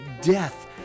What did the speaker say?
death